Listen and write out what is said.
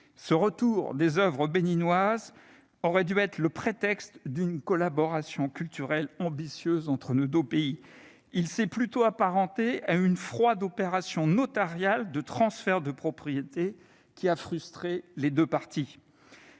Ce retour des oeuvres béninoises aurait dû être le prétexte d'une collaboration culturelle ambitieuse entre nos deux pays. Il s'est plutôt apparenté à une froide opération notariale de transfert de propriété, qui a frustré les deux parties.